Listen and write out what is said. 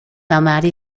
almaty